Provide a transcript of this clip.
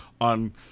on